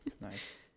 Nice